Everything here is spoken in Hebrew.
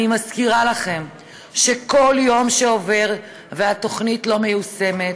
אני מזכירה לכם שכל יום שעובר והתוכנית לא מיושמת,